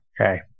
Okay